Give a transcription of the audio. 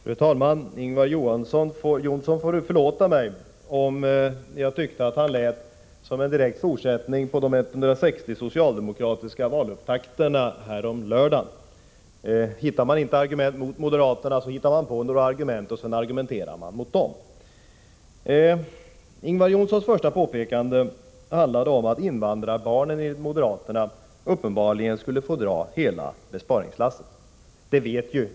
Fru talman! Ingvar Johnsson får förlåta mig om jag tyckte att han lät som en direkt fortsättning på de 160 valupptakterna häromlördagen. Finns det inga argument mot moderaterna hittar man på några och angriper oss med dem. Ingvar Johnssons första påpekande handlade om att invandrarbarnen enligt moderaterna uppenbarligen skulle få dra hela besparingslasset.